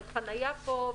של חניה פה,